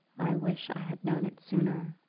i wish i had known it sooner.